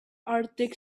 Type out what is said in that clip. arctic